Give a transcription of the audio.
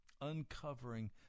uncovering